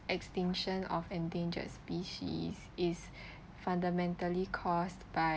extinction of endangered species is fundamentally caused by